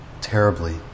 terribly